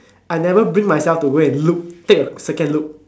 I never bring myself to go and look take a second look